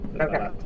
Okay